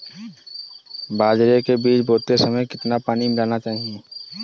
बाजरे के बीज बोते समय कितना पानी मिलाना चाहिए?